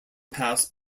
passed